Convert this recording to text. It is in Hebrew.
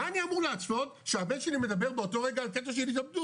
מה אני אומר לעשות שהבן שלי מדבר באותו רגע על קטע של התאבדות,